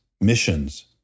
missions